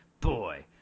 Boy